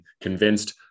convinced